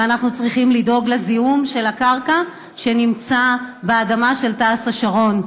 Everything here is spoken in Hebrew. ואנחנו צריכים לדאוג לזיהום של הקרקע שנמצא באדמה של תעש השרון.